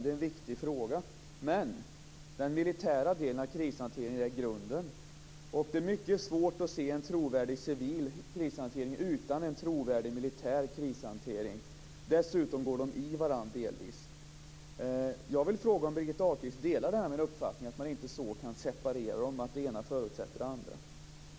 Det är en viktig fråga, men den militära delen av krishanteringen är grunden. Det är mycket svårt att se en trovärdig civil krishantering utan en trovärdig militär krishantering. Dessutom går de delvis i varandra. Jag vill fråga om Birgitta Ahlqvist delar min uppfattning att man inte kan separera dem så att det ena förutsätter det andra.